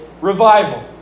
revival